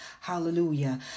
Hallelujah